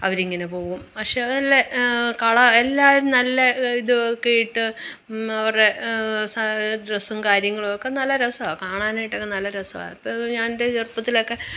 അവരിങ്ങനെ പോകും പക്ഷെ അതല്ലേ കള എല്ലാവരും നല്ല ഇതൊക്കെയിട്ട് അവരുടെ സാ ഡ്രസ്സും കാര്യങ്ങളൊക്കെ നല്ല രസമാണ് കാണാനായിട്ടൊക്കെ നല്ല രസമാണ് ഇപ്പോൾ ഞാൻ എൻ്റെ ചെറുപ്പത്തിലൊക്കെ